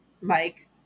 Mike